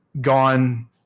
gone